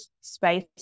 space